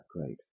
great